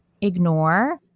ignore